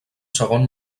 segon